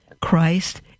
Christ